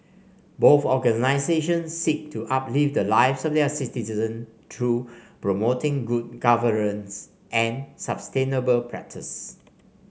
both organisations seek to uplift the lives of their citizen through promoting good governance and sustainable practice